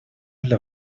для